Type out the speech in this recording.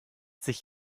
sich